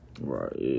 Right